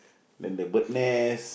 then the bird nest